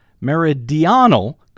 meridional